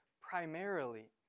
primarily